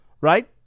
Right